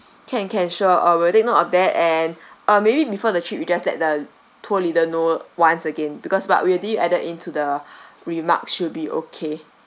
can can sure uh we will take note of that and uh maybe before the trip we just let the tour leader know once again because what we already added into the remarks should be okay